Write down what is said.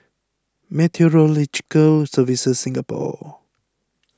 Meteorological Services Singapore